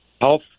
health